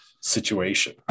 situation